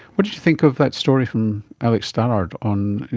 what did you think of that story from eric stallard on